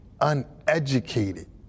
uneducated